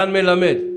רן מלמד.